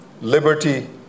liberty